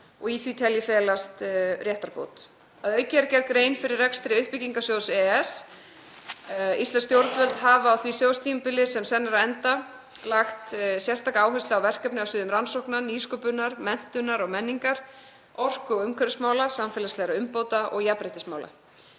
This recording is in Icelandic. Í því tel ég felast réttarbót. Að auki er gerð grein fyrir rekstri uppbyggingarsjóðs EES. Íslensk stjórnvöld hafa á því sjóðstímabili sem senn er á enda lagt sérstaka áherslu á verkefni á sviði rannsókna og nýsköpunar, menntunar og menningar, orku- og umhverfismála, samfélagslegra umbóta og jafnréttismála.